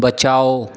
बचाओ